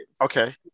Okay